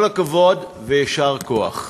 כל הכבוד ויישר כוח.